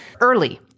early